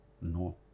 No